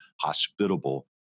hospitable